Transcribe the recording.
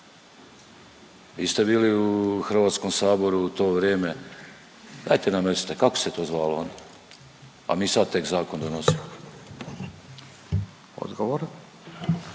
Vi ste bili u Hrvatskom saboru u to vrijeme, dajte nam recite kako se to zvalo? A mi sad tek zakon donosimo. ,